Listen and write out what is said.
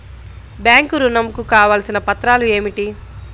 Bank ఋణం కు కావలసిన పత్రాలు ఏమిటి?